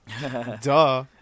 Duh